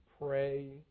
pray